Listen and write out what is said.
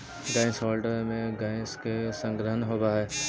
gas holder में gas के संग्रहण होवऽ हई